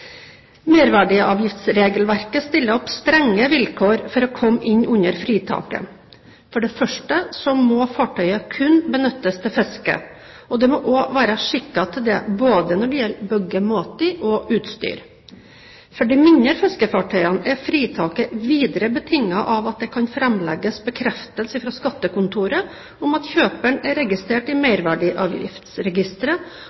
Merverdiavgiftsregelverket stiller opp strenge vilkår for å komme inn under fritaket. For det første må fartøyet kun benyttes til fiske, og det må også være skikket til det når det gjelder både byggemåte og utstyr. For de mindre fiskefartøyene er fritaket videre betinget av at det kan framlegges bekreftelse fra skattekontoret om at kjøperen er registrert i